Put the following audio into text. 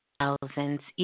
thousands